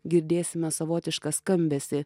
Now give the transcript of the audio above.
girdėsime savotišką skambesį